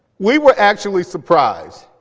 we were actually surprised.